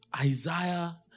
Isaiah